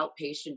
outpatient